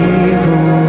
evil